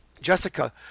Jessica